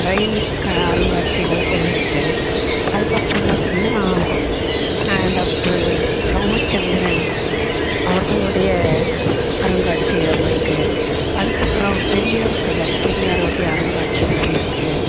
ரயில் அருங்காட்சிகள் க இருக்கு அதற்கப்பறம் பார்த்திங்கனா அண்ட் டாக்டர் ராமச்சந்திரன் அவர்களுடைய அருங்காட்சியகம் இருக்கு அதற்கப்பறம் பெரியார் திடல் பெரியாரோடைய அருங்காட்சியகம் இருக்கு